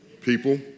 people